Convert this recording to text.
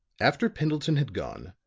after pendleton had gone,